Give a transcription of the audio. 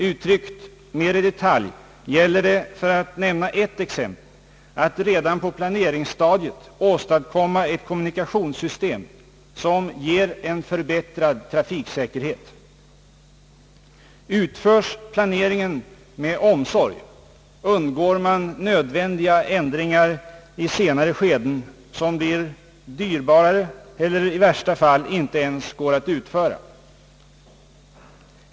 Uttryckt mer i detalj gäller det, för att nämna ett exempel, att redan på planeringsstadiet åstadkomma ett kommunikationssystem som ger en förbättrad trafiksäkerhet. Utförs planeringen med omsorg undgår man nödvändiga ändringar i senare skeden som blir mera dyrbara eller i värsta fall inte ens går att utföra.